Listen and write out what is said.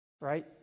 right